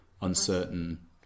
uncertain